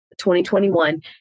2021